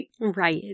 Right